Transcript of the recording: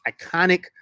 iconic